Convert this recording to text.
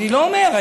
אני לא אומר,